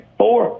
four